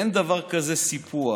אין דבר כזה סיפוח.